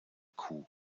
kuh